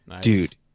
Dude